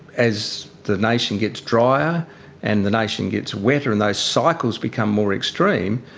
as the nation gets drier and the nation gets wetter and those cycles become more extreme,